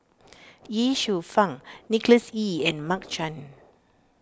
Ye Shufang Nicholas Ee and Mark Chan